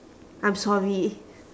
I'm sorry